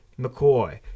McCoy